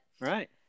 Right